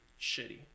Shitty